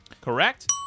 Correct